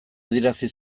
adierazi